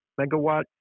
megawatt